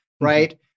right